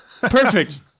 Perfect